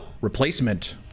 Replacement